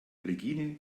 regine